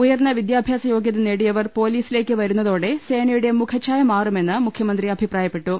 ഉയർന്ന വിദ്യാഭ്യാസ യോഗൃത നേടിയവർ പോലീസിലേക്ക് വരുന്നതോടെ സേനയുടെ മുഖഛായ മാറു മെന്ന് മുഖ്യമന്ത്രി അഭിപ്രായപ്പെട്ടു